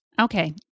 Okay